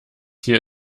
hier